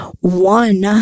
One